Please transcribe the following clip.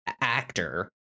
actor